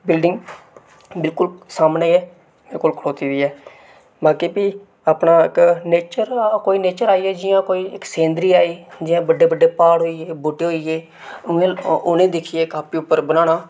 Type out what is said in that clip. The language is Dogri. बिल्डिंग बिल्कुल सामनै गै ऐ मेरे कोल खड़ोती दी ऐ बाकी फ्ही अपना कोई नेच्चर आई जा जि'यां इक कोई सीनरी आई जि'यां कोई बड्डे बड्डे प्हाड़ होई गे बूह्टे होई गे उ'नें गी दिक्खियै कापी उप्पर बनाना